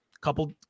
couple